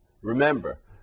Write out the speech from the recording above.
remember